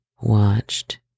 watched